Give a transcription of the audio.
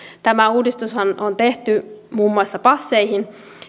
tämä uudistushan on tehty muun muassa passeihin